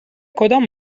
کدام